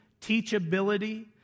teachability